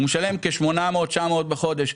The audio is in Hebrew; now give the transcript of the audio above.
הוא משלם כ-900-800 שקלים לחודש.